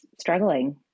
struggling